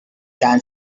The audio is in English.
can